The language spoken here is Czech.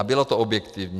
A bylo to objektivní.